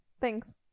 Thanks